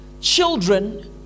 Children